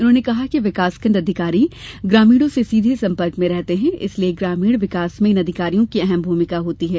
उन्होंने कहा कि विकासखण्ड अधिकारी ग्रामीणों से सीधे संपर्क में रहते हैं इसलिये ग्रामीण विकास में इन अधिकारियों की अहम भूमिका होती है